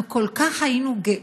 אנחנו היינו כל כך גאות